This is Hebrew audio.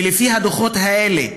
ולפי הדוחות האלה,